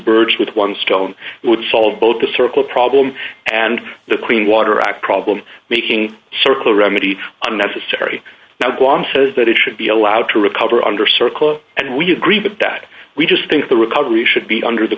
birds with one stone would solve both the circle problem and the clean water act problem making circle remedy unnecessary now guam says that it should be allowed to recover under circle and we agree but that we just think the recovery should be under the